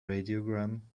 radiogram